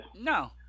No